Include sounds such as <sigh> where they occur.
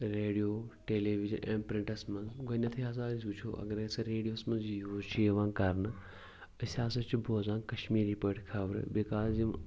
radio ٹیلی vision <unintelligible> گۄڈنیتھے ہسا أسۍ وٕچھَو اَگر أسۍ ریڈیو منٛز یہِ یوٗز چھِ یِوان کرنہٕ أسۍ ہسا چھِ بوزان کشمیٖری پٲٹھۍ خبرٕ بیٚیہِ <unintelligible>